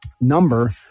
number